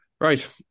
Right